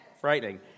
frightening